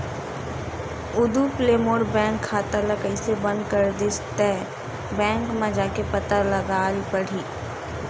उदुप ले मोर बैंक खाता ल कइसे बंद कर दिस ते, बैंक म जाके पता लगाए ल परही